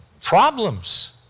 problems